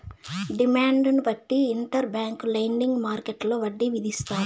డిమాండ్ను బట్టి inter bank lending మార్కెట్టులో వడ్డీ విధిస్తారు